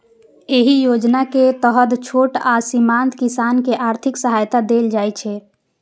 एहि योजना के तहत छोट आ सीमांत किसान कें आर्थिक सहायता देल जाइ छै